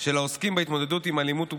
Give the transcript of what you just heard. של העוסקים בהתמודדות עם אלימות ופשיעה.